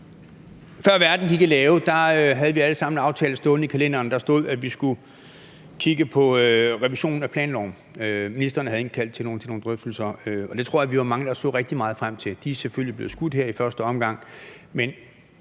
Før verden gik af lave, havde vi alle sammen en aftale stående i kalenderen. Der stod, at vi skulle kigge på revisionen af planloven. Ministeren havde indkaldt til nogle drøftelser. Det tror jeg vi var mange der så rigtig meget frem til. De er selvfølgelig blevet skudt her i første omgang. Men